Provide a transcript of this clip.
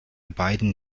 beiden